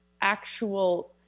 actual